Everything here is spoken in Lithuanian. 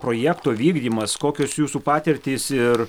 projekto vykdymas kokios jūsų patirtys ir